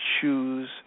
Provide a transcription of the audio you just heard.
choose